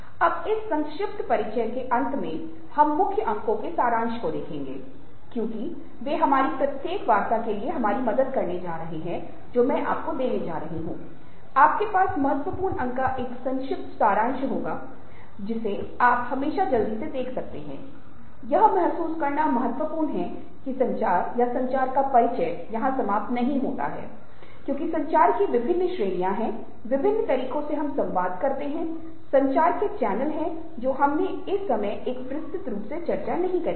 अब इस संक्षिप्त परिचय के अंत में हम मुख्य अंकों के सारांश को देखेंगे क्योंकि वे हमारी प्रत्येक वार्ता के लिए हमारी मदद करने जा रहे हैं जो मैं आपको देने जा रहा हूं आपके पास महत्वपूर्ण अंक का एक संक्षिप्त सारांश होगा जिसे आप हमेशा जल्दी से देख सकते हैं यह महसूस करना महत्वपूर्ण है कि संचार या संचार का परिचय यहां समाप्त नहीं होता है क्योंकि संचार की विभिन्न श्रेणियां हैं विभिन्न तरीकों से हम संवाद करते हैं संचार के चैनल जो हमने इस समय तक विस्तृत रूप से चर्चा नहीं की है